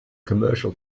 commercial